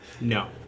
No